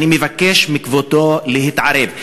אני מבקש מכבודו להתערב.